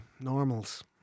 normals